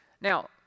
Now